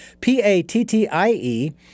P-A-T-T-I-E